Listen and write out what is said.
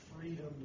freedom